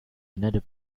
another